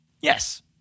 Yes